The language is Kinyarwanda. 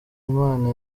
imana